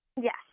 Yes